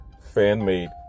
fan-made